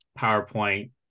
PowerPoint